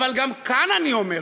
אבל גם כאן אני אומר,